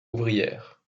ouvrière